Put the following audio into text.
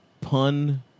pun